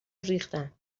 ریختن